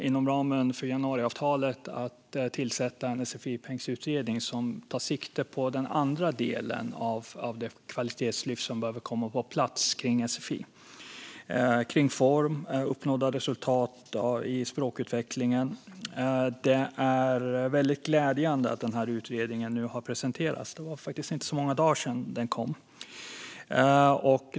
Inom ramen för januariavtalet såg vi till att tillsätta en sfi-pengsutredning som tar sikte på den andra delen av det kvalitetslyft som behöver komma på plats för sfi. Det handlar om form och uppnådda resultat i språkutvecklingen. Det är glädjande att utredningen nu har presenterats. Det var faktiskt inte så många dagar sedan den kom.